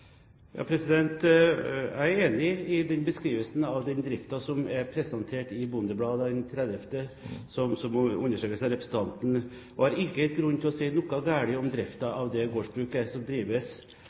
den beskrivelsen av driften som er presentert i Bondebladet den 30., som understrekes av representanten, og har ikke grunn til å si noe galt om